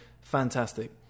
Fantastic